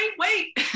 wait